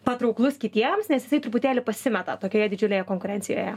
patrauklus kitiems nes jisai truputėlį pasimeta tokioje didžiulėje konkurencijoje